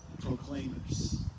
proclaimers